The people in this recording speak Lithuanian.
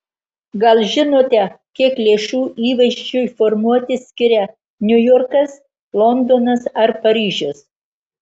gal žinote kiek lėšų įvaizdžiui formuoti skiria niujorkas londonas ar paryžius